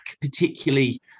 particularly